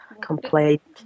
complaint